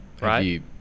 right